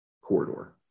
corridor